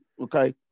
okay